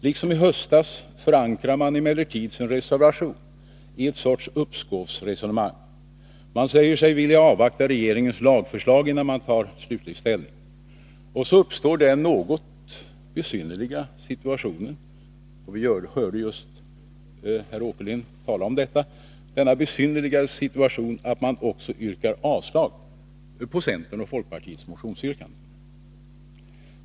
Liksom i höstas förankrar man emellertid sin reservation i ett sorts - uppskovsresonemang. Man säger sig vilja avvakta regeringens lagförslag, innan man tar slutlig ställning. Och så uppstår den något besynnerliga situation som vi hörde herr Åkerlind tala om, att man också yrkar avslag på centerns och folkpartiets motionsyrkanden.